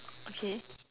okay